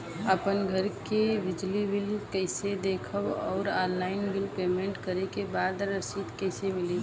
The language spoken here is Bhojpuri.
आपन घर के बिजली बिल कईसे देखम् और ऑनलाइन बिल पेमेंट करे के बाद रसीद कईसे मिली?